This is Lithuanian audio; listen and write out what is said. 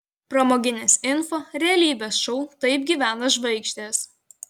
pramoginis info realybės šou taip gyvena žvaigždės